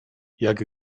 jak